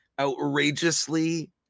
outrageously